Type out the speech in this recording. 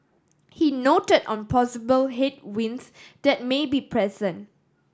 he noted on possible headwinds that may be present